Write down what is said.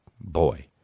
boy